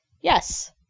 Yes